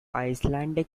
icelandic